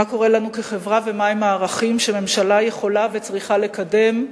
מה קורה לנו כחברה ומה הם הערכים שהממשלה יכולה וצריכה לקדם,